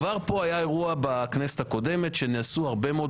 כבר פה היה אירוע בכנסת הקודמת שנעשו הרבה מאוד